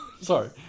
Sorry